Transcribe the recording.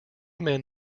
men